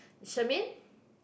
Shermaine